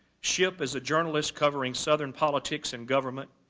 shipp as a journalist covering southern politics and government,